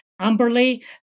Amberley